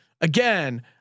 again